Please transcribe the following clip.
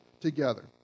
together